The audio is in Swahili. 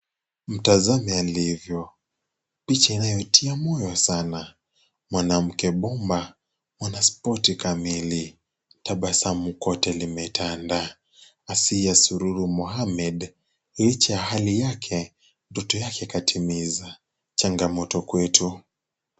Mtazame alivyo. Picha inayotia moyo sana. Mwanamke bomba, mwanaspoti kamili. Tabasamu kote limetanda. Asiya Sururu Mohammed, licha ya hali yake ndoto yake katimiza. Changamoto kwetu.